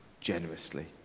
generously